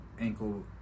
ankle